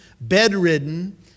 bedridden